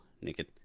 naked